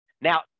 Now